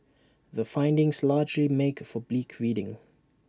the findings largely make for bleak reading